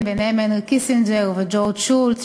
ביניהם הנרי קיסינג'ר וג'ורג' שולץ,